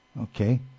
Okay